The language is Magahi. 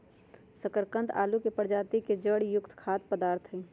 शकरकंद आलू के प्रजाति के एक जड़ युक्त खाद्य पदार्थ हई